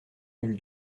nul